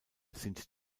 sind